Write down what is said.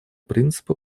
принципа